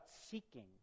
seeking